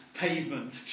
pavement